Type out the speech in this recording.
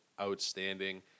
outstanding